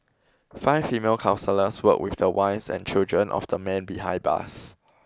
five female counsellors worked with the wives and children of the men behind bars